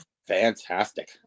fantastic